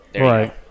Right